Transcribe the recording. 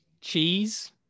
cheese